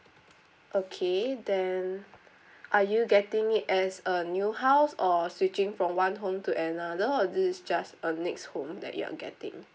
okay then are you getting it as a new house or switching from one home to another or this is just a next home that you're getting